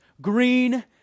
green